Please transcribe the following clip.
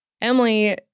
Emily